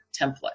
template